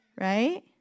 Right